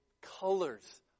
colors